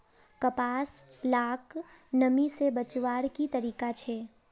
कपास लाक नमी से बचवार की तरीका छे?